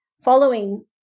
following